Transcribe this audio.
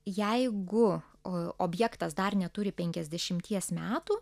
jeigu objektas dar neturi penkiasdešimties metų